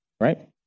right